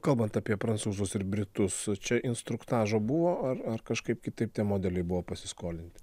kalbant apie prancūzus ir britus čia instruktažo buvo ar ar kažkaip kitaip tie modeliai buvo pasiskolinti